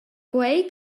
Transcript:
quei